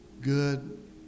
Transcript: good